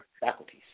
faculties